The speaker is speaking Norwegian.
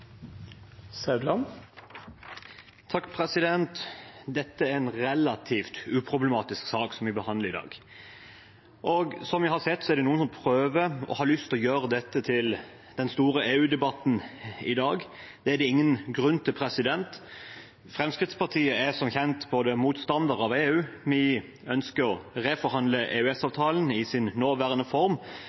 Dette er en relativt uproblematisk sak som vi behandler i dag. Som vi har sett, er det noen som prøver og har lyst til å gjøre dette til den store EU-debatten i dag. Det er det ingen grunn til. Fremskrittspartiet er som kjent motstandere av EU, og vi ønsker også å reforhandle EØS-avtalen i sin nåværende form,